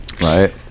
right